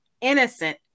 innocent